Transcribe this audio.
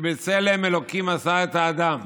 כי בצלם אלוקים עשה את האדם,